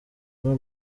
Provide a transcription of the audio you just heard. n’u